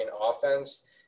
offense –